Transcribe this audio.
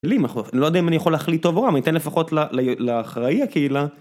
לי מ.. לא יודע אם אני יכול להחליט טוב או רע, אני אתן ל.. לפחות ל.. לאחראי הקהילה.